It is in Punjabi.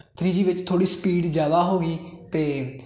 ਥਰੀ ਜੀ ਵਿੱਚ ਥੋੜੀ ਸਪੀਡ ਜਿਆਦਾ ਹੋ ਗਈ ਤੇ